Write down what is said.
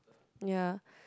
ya